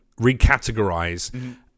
recategorize